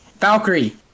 Valkyrie